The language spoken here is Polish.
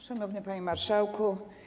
Szanowny Panie Marszałku!